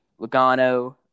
Logano